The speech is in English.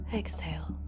exhale